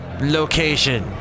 Location